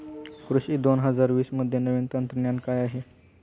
कृषी दोन हजार वीसमध्ये नवीन तंत्रज्ञान काय आहे?